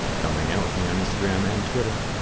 come hang out with me on instagram and twitter.